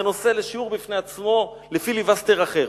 זה נושא לשיעור בפני עצמו, לפיליבסטר אחר.